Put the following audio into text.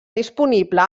disponible